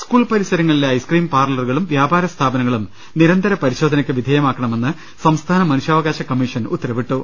school പരിസരങ്ങളിലെ ice cream പാർലറുകളും വ്യാപാര സ്ഥാപ നങ്ങളും നിരന്തര പരിശോധനയ്ക്ക് വിധേയമാക്കണമെന്ന് സംസ്ഥാന മനുഷ്യാവ കാശ കമ്മീഷൻ ഉത്തരവിട്ടു